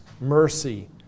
mercy